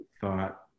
thought